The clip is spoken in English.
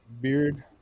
beard